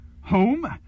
home